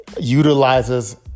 utilizes